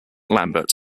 lambert